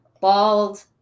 Bald